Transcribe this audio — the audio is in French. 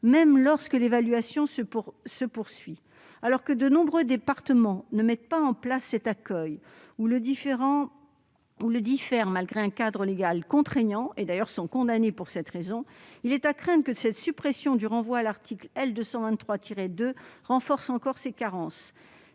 même lorsque l'évaluation se poursuit. Alors que de nombreux départements ne mettent pas en place cet accueil, ou le diffèrent malgré un cadre légal contraignant - ils sont d'ailleurs condamnés pour cette raison -, il est à craindre que cette suppression du renvoi à l'article L. 223-2 renforce encore ces carences.